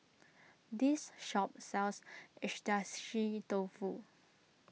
this shop sells Agedashi Dofu